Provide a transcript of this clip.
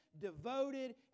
devoted